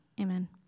Amen